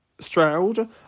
stroud